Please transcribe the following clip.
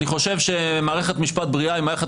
אני חושב שמערכת משפט בריאה היא מערכת